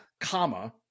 comma